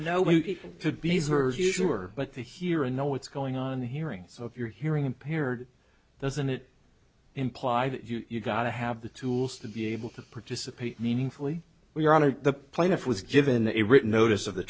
sure but the here and know what's going on hearing so if you're hearing impaired doesn't it imply that you've got to have the tools to be able to participate meaningfully we are on to the plaintiff was given a written notice of the